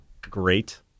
great